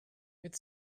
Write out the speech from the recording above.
mit